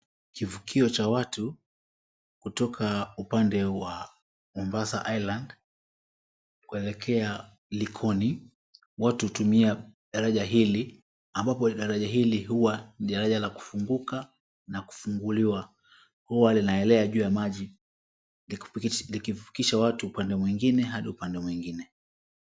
Kivukio cha watu kutoka upande wa Mombasa island kuelekea Likoni. Watu hutumia daraja hili ambapo daraja hili huwa ni daraja la kufunguka na kufunguliwa. Huwa linaelea juu ya maji likivukisha watu upande mwingine hadi upande mwingine.